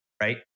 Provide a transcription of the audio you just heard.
right